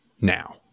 now